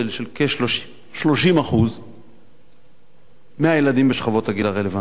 30% מהילדים בשכבות הגיל הרלוונטיות,